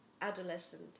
adolescent